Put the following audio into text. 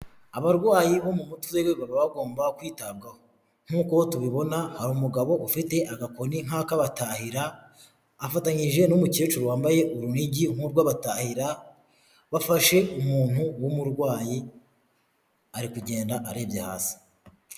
Abarwayi bo mu mutwe rero baba bagomba kwitabwaho; nk'uko tubibona hari umugabo ufite agakoni nk' ak' abatahira. Afatanyije n'umukecuru wambaye urunigi nk'urw'abatahira, bafashe umuntu w'umurwayi ari kugenda arebye hasi.